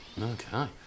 Okay